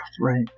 Right